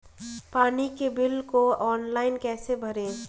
पानी के बिल को ऑनलाइन कैसे भरें?